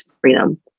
freedom